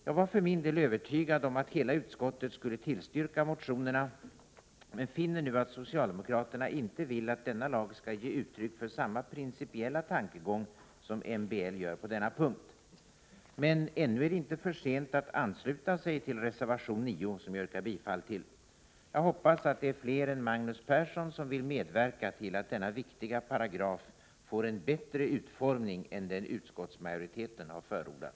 Jag var för min del övertygad om att hela utskottet skulle tillstyrka motionerna, men finner nu att socialdemokraterna inte vill att denna lag skall ge uttryck för samma principiella tankegång som MBL gör på denna punkt. Men ännu är det inte för sent att ansluta sig till reservation 9, vilken jag härmed yrkar bifall till. Jag hoppas att det är fler än Magnus Persson som vill medverka till att denna viktiga paragraf får en bättre utformning än den som utskottsmajoriteten har förordat.